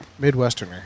Midwesterner